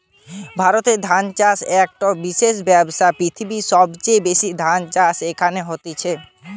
ভারতে ধান চাষ একটো বিশেষ ব্যবসা, পৃথিবীর সবচেয়ে বেশি ধান চাষ এখানে হতিছে